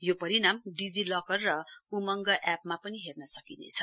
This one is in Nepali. यो परिणाम डिजीलकर र उमङ्ग ऐप मा पनि हेर्न सकिनेछ